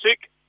sick